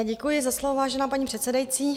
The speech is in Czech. Děkuji za slovo, vážená paní předsedající.